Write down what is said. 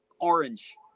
orange